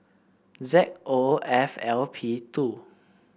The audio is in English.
Z O F L P two